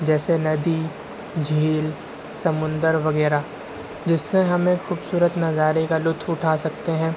جیسے ندی جھیل سمندر وغیرہ جس سے ہمیں خوبصورت نظارے کا لطف اٹھا سکتے ہیں